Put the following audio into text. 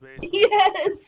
Yes